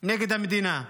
נגד המדינה.